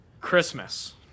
Christmas